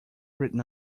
written